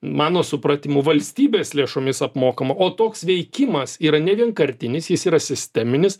mano supratimu valstybės lėšomis apmokama o toks veikimas yra nevienkartinis jis yra sisteminis